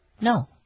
No